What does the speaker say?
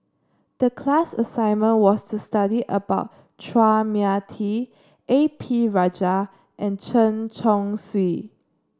the class assignment was to study about Chua Mia Tee A P Rajah and Chen Chong Swee